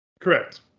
correct